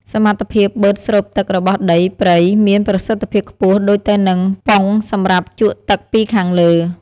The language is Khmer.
សមត្ថភាពបឺតស្រូបទឹករបស់ដីព្រៃមានប្រសិទ្ធភាពខ្ពស់ដូចទៅនឹងប៉ុងសម្រាប់ជក់ទឹកពីខាងលើ។